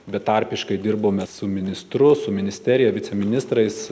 betarpiškai dirbome su ministru su ministerija viceministrais